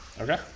Okay